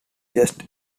just